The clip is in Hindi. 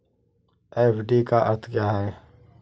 एफ.डी का अर्थ क्या है?